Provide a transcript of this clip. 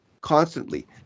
constantly